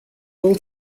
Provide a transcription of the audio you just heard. all